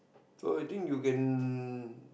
so you think you can